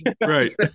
Right